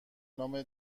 نام